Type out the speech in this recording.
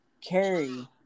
Carrie